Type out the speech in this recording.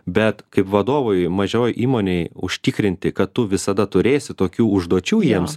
bet kaip vadovui mažioju įmonei užtikrinti kad tu visada turėsi tokių užduočių jiems